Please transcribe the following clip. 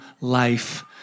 life